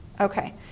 Okay